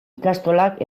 ikastolak